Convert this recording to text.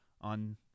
on